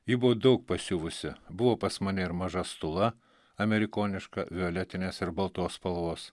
ji buvo daug pasiuvusi buvo pas mane ir maža stula amerikoniška violetinės ir baltos spalvos